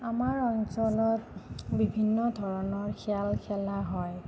আমাৰ অঞ্চলত বিভিন্ন ধৰণৰ খেল খেলা হয়